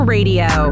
Radio